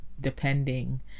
depending